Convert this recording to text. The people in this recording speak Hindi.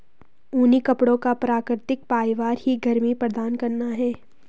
ऊनी कपड़ों का प्राकृतिक फाइबर ही गर्मी प्रदान करता है